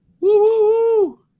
Woo